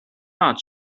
not